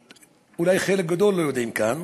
שאולי חלק גדול לא יודעים כאן